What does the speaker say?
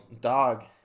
dog